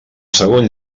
segon